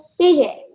JJ